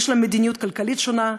יש להן מדיניות כלכלית שונה,